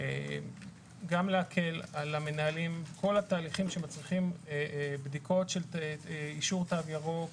גם להקל על המנהלים כך שבכל התהליכים שמצריכים אישור תו ירוק,